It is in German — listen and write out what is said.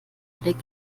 blick